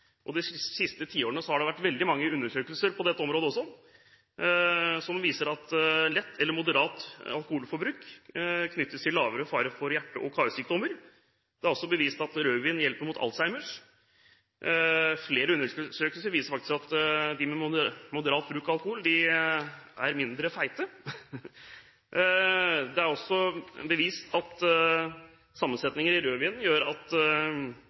De siste tiårene har det vært veldig mange undersøkelser på dette området også, som viser at lett eller moderat alkoholforbruk knyttes til lavere fare for hjerte- og karsykdommer. Det er også bevist at rødvin hjelper mot alzheimer. Flere undersøkelser viser faktisk at de som har en moderat bruk av alkohol, er mindre fete. Det er også bevist at sammensetningen i rødvinen forhindrer skade på tannkjøttet og stopper at